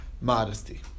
modesty